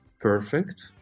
perfect